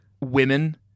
women